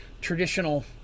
traditional